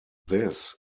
this